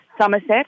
Somerset